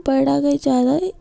बड़ा गै ज्यादा एह्